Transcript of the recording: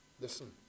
Listen